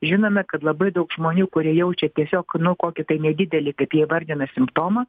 žinome kad labai daug žmonių kurie jaučia tiesiog nu kokį tai nedidelį kaip jie įvardina simptomą